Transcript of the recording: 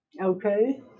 Okay